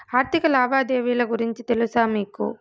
ఆర్థిక లావాదేవీల గురించి తెలుసా మీకు